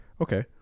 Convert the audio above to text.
okay